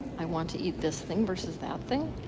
i want to eat this thing versus that thing.